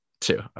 Two